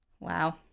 wow